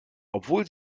obwohl